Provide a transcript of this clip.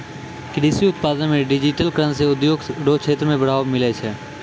कृषि उत्पादन मे डिजिटिकरण से उद्योग रो क्षेत्र मे बढ़ावा मिलै छै